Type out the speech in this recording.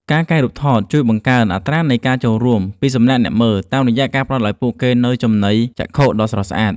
ការកែរូបថតជួយបង្កើន អត្រានៃការចូលរួម ពីសំណាក់អ្នកមើល តាមរយៈការផ្ដល់ឱ្យពួកគេនូវចំណីចក្ខុដ៏ស្រស់ស្អាត។